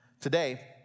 Today